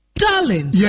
Darling